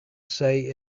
say